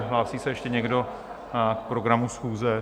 Hlásí se ještě někdo k programu schůze?